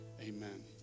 Amen